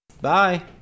Bye